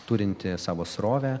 turinti savo srovę